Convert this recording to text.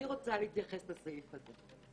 אני רוצה להתייחס לסעיף הזה.